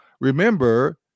remember